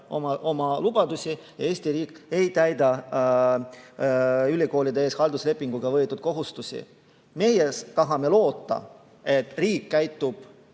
oma lubadusi ja Eesti riik ei täida ülikoolide ees halduslepinguga võetud kohustusi. Meie tahame loota, et riik käitub